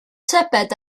tybed